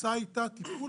התפיסה הייתה טיפול